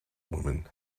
woman